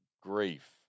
grief